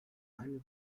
eine